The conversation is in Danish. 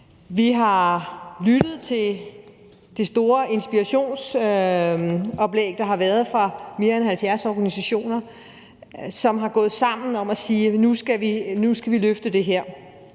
Vi har lyttet til det store inspirationsoplæg, der har været fra mere end 70 organisationer, som er gået sammen om at sige, at nu skal vi løfte det her.